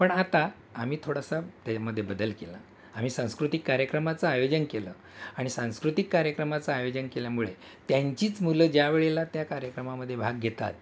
पण आता आम्ही थोडासा त्यामध्ये बदल केला आम्ही सांस्कृतिक कार्यक्रमाचं आयोजन केलं आणि सांस्कृतिक कार्यक्रमाचं आयोजन केल्यामुळे त्यांचीच मुलं ज्या वेळेला त्या कार्यक्रमामध्ये भाग घेतात